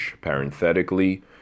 Parenthetically